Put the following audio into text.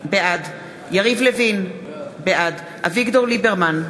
בעד יריב לוין, בעד אביגדור ליברמן,